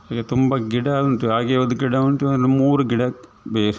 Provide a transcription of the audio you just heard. ಈಗ ತುಂಬ ಗಿಡ ಉಂಟು ಹಾಗೆ ಒಂದು ಗಿಡ ಉಂಟು ಅಂದ್ರೆ ಮೂರು ಗಿಡ ಬೇ